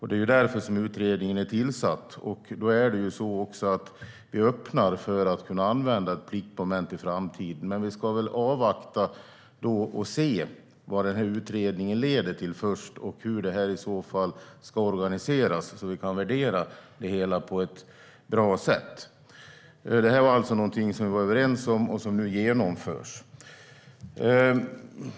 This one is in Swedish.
Det är därför utredningen är tillsatt. Vi öppnar också för att kunna använda ett pliktmoment i framtiden, men vi ska avvakta och se vad utredningen leder till och hur det här i så fall ska organiseras så att vi kan värdera det hela på ett bra sätt. Det var vi alltså överens om, och det genomförs nu.